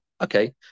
Okay